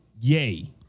yay